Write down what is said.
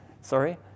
Sorry